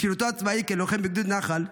בשירותו הצבאי כלוחם בגדוד נח"ל,